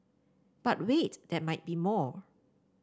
but wait there might be more